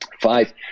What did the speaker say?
Five